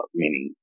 meaning